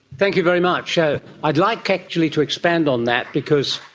thank you very much. so i'd like actually to expand on that because,